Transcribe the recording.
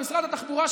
במשרד התחבורה,